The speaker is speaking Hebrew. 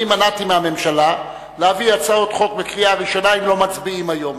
אני מנעתי מהממשלה להביא הצעות חוק לקריאה ראשונה אם לא מצביעים היום.